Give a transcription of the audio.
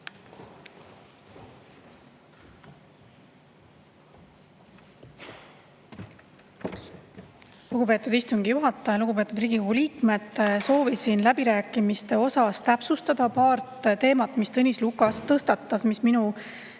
Lugupeetud istungi juhataja! Lugupeetud Riigikogu liikmed! Soovisin läbirääkimiste käigus täpsustada paari teemat, mis Tõnis Lukas tõstatas ja mis minu